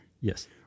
Yes